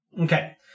Okay